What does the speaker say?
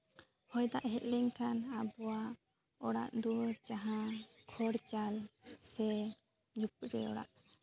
ᱦᱚᱭ ᱫᱟᱜ ᱦᱮᱡ ᱞᱮᱱᱠᱷᱟᱱ ᱟᱵᱚᱣᱟᱜ ᱚᱲᱟᱜ ᱫᱩᱣᱟᱹᱨ ᱡᱟᱦᱟᱸ ᱠᱷᱚᱲ ᱪᱟᱞ ᱥᱮ ᱡᱷᱩᱯᱲᱤ ᱚᱲᱟᱜ